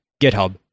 GitHub